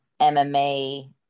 MMA